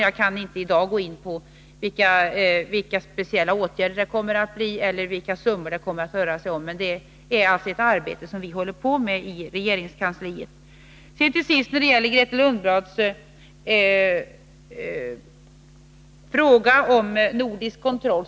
Jag kan i dag inte gå in på vilka speciella åtgärder som kommer att vidtas eller vilka summor det kommer att röra sig om, men det är alltså ett arbete som vi håller på med i regeringskansliet. Till sist till Grethe Lundblads fråga om nordisk kontroll.